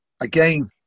again